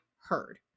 heard